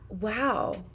wow